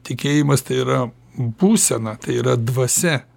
tikėjimas tai yra būsena tai yra dvasia